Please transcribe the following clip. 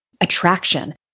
attraction